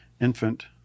infant